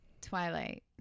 Twilight